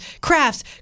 crafts